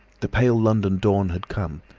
the pale london dawn had come,